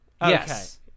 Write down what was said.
Yes